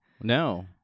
No